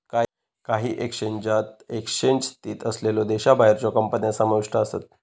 काही एक्सचेंजात एक्सचेंज स्थित असलेल्यो देशाबाहेरच्यो कंपन्या समाविष्ट आसत